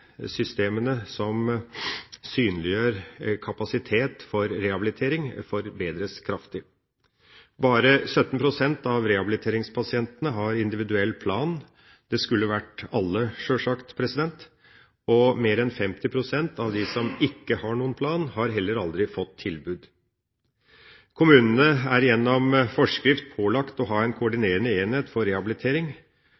som synliggjør kapasitet for rehabilitering, forbedres kraftig. Bare 17 pst. av rehabiliteringspasientene har individuell plan – det skulle selvsagt vært alle. Mer enn 50 pst. av dem som ikke har noen plan, har heller aldri fått tilbud om det. Kommunene er gjennom forskrift pålagt å ha en